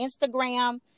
Instagram